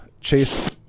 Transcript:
chase